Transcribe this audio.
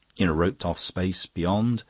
in a roped-off space beyond,